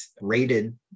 rated